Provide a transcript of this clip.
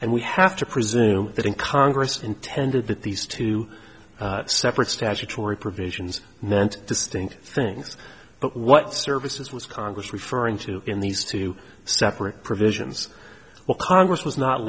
and we have to presume that in congress intended that these two separate statutory provisions meant distinct things but what services was congress referring to in these two separate provisions well congress was not